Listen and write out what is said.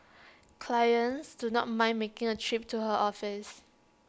clients do not mind making A trip to her office